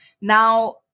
Now